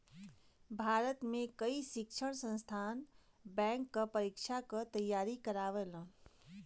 भारत में कई शिक्षण संस्थान बैंक क परीक्षा क तेयारी करावल